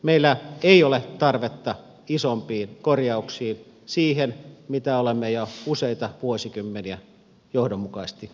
meillä ei ole tarvetta isompiin korjauksiin siihen mitä olemme jo useita vuosikymmeniä johdonmukaisesti tehneet